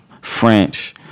French